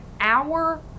hour